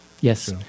Yes